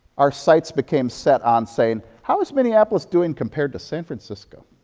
our sights became set on saying, how is minneapolis doing compared to san francisco